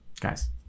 Guys